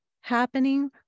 happening